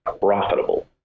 profitable